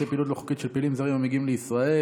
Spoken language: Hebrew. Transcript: פעילות לא חוקית של פעילים המגיעים לישראל.